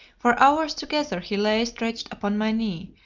for hours together he lay stretched upon my knee,